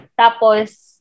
Tapos